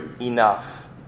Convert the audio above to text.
enough